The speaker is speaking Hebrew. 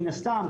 מין הסתם,